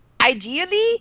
ideally